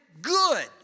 good